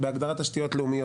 בהגדרת תשתיות לאומיות,